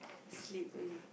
sleep already